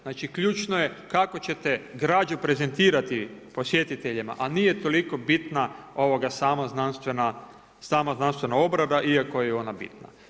Znači ključno je kako ćete građu prezentirati posjetiteljima, a nije toliko bitna sama znanstvena obrade iako je i ona bitna.